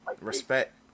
Respect